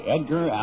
Edgar